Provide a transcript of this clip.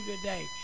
today